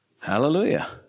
hallelujah